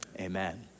amen